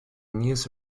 news